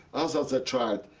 as as a child,